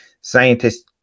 scientists